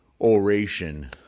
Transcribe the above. oration